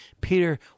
Peter